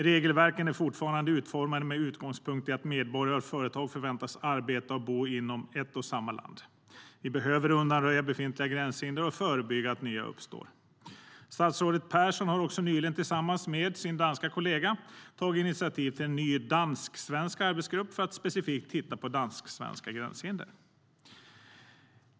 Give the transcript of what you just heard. Regelverken är fortfarande utformade med utgångspunkt i att medborgare och företag förväntas arbeta och bo inom ett och samma land. Vi behöver undanröja befintliga gränshinder och förebygga att nya uppstår. Statsrådet Persson har också nyligen tillsammans med sin danska kollega tagit initiativ till en ny dansk-svensk arbetsgrupp för att specifikt titta på dansk-svenska gränshinder.